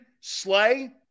Slay